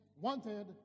wanted